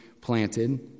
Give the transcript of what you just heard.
planted